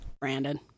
Brandon